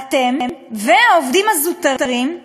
אתם והעובדים הזוטרים,